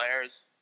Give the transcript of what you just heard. players